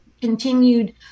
continued